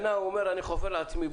שנה זה לא מספיק.